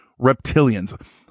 Reptilians